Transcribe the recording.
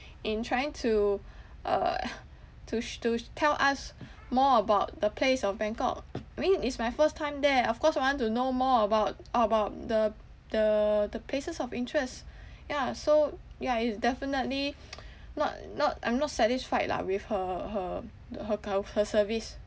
in trying to uh to sh~ to tell us more about the place of bangkok I mean it's my first time there of course I want to know more about about the the the places of interest ya so ya it's definitely not not I'm not satisfied lah with her her the her cov~ her service